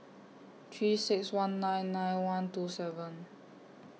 three six one nine nine one two seven